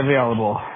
available